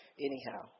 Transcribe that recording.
Anyhow